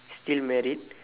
still married